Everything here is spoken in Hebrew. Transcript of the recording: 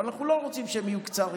אבל אנחנו לא רוצים שהם יהיו קצרים.